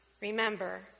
Remember